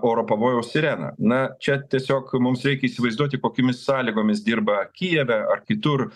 oro pavojaus sireną na čia tiesiog mums reikia įsivaizduoti kokiomis sąlygomis dirba kijeve ar kitur